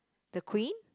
the queen